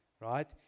right